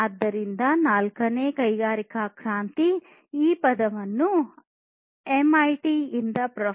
ಆದ್ದರಿಂದ ನಾಲ್ಕನೇ ಕೈಗಾರಿಕಾ ಕ್ರಾಂತಿ ಈ ಪದವನ್ನು ಎಂಐಟಿ ಯಿಂದ ಪ್ರೊ